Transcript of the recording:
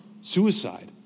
suicide